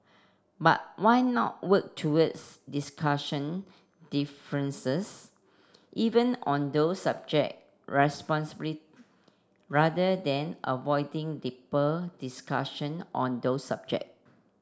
but why not work towards discussion differences even on those subject responsibly rather than avoiding deeper discussion on those subject